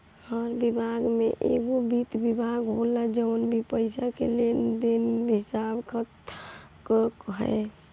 हर विभाग में एगो वित्त विभाग होला जवन की पईसा के लेन देन के हिसाब रखत हवे